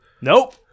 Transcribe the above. Nope